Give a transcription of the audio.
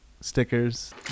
stickers